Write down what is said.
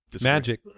magic